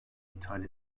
ithal